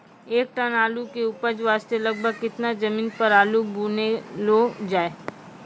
एक टन आलू के उपज वास्ते लगभग केतना जमीन पर आलू बुनलो जाय?